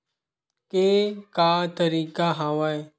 के का तरीका हवय?